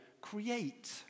create